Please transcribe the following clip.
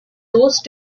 those